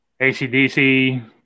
ACDC